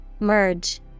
merge